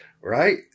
right